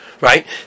Right